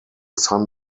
son